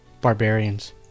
Barbarians